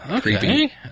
creepy